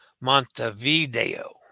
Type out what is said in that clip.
Montevideo